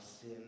sin